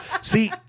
See